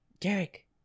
Derek